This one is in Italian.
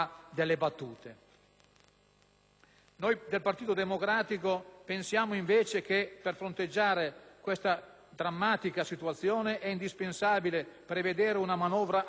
Noi del Partito Democratico pensiamo invece che per fronteggiare questa drammatica situazione sia indispensabile prevedere una manovra aggiuntiva pari almeno